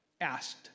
asked